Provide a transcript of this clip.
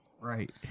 Right